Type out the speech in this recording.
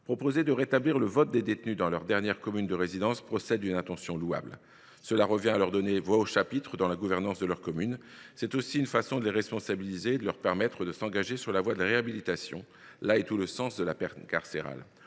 Proposer de rétablir le vote des détenus dans leur dernière commune de résidence avant leur incarcération procède d’une intention louable. Cela revient à leur donner voix au chapitre dans la gouvernance de leur commune. C’est aussi une façon de les responsabiliser et de leur permettre de s’engager sur la voie de la réhabilitation. C’est tout le sens de la peine carcérale.